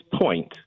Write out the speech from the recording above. point